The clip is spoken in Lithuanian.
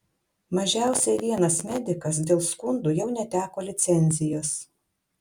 mažiausiai vienas medikas dėl skundų jau neteko licencijos